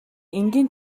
энгийн